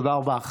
תודה רבה.